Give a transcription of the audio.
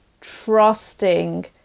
trusting